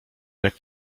jak